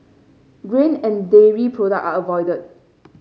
grain and dairy product are avoided